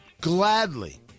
Gladly